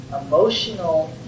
emotional